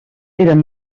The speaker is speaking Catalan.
eren